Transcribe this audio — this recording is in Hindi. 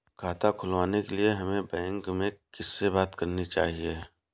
खाता खुलवाने के लिए हमें बैंक में किससे बात करनी चाहिए?